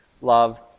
love